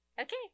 okay